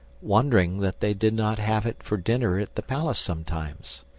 wondering that they did not have it for dinner at the palace sometimes.